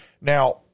Now